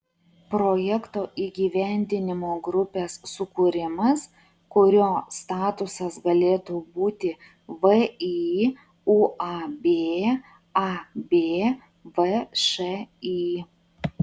projekto įgyvendinimo grupės sukūrimas kurio statusas galėtų būti vį uab ab všį